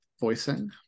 voicing